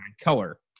color